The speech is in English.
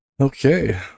Okay